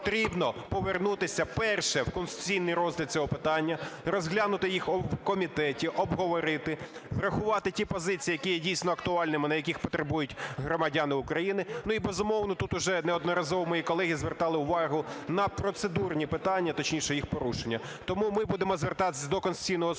потрібно повернутися, перше, в конституційний розгляд цього питання, розглянути їх в комітеті, обговорити, врахувати ті позиції, які є дійсно актуальними, на які потребують громадяни України. Ну і, безумовно, тут уже неодноразово мої колеги звертали увагу на процедурні питання, точніше, їх порушення. Тому ми будемо звертатись до Конституційного Суду